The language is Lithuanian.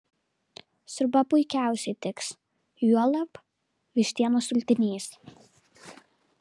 sriuba puikiausiai tiks juolab vištienos sultinys